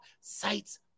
sites